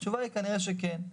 התשובה היא שכנראה שכן.